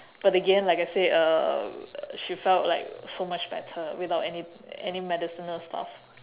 but again like I said uh she felt like so much better without any any medicinal stuff